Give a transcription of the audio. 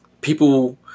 people